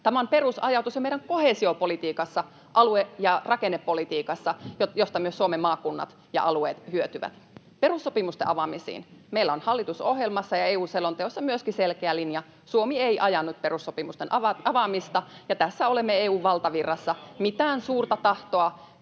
Tämä on perusajatus jo meidän koheesiopolitiikassa, alue- ja rakennepolitiikassa, josta myös Suomen maakunnat ja alueet hyötyvät. Perussopimusten avaamisiin meillä on hallitusohjelmassa ja EU-selonteossa myöskin selkeä linja. Suomi ei aja nyt perussopimusten avaamista, ja tässä olemme EU:n valtavirrassa. Mitään suurta tahtoa